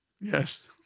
Yes